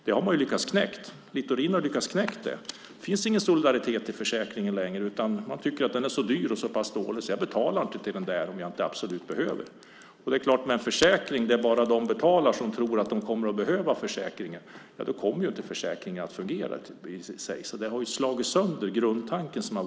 Littorin har lyckats knäcka detta. Det finns ingen solidaritet i försäkringen längre. Man tycker att den är så dyr och dålig att man inte vill betala till den om man inte absolut behöver det. Om det är bara de som tror att de kommer att behöva försäkringen som betalar kommer den inte att fungera. Detta har slagit sönder grundtanken.